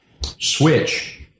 switch